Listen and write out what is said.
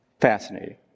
Fascinating